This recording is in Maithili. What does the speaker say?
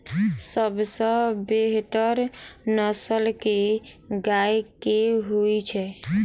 सबसँ बेहतर नस्ल केँ गाय केँ होइ छै?